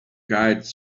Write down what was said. guides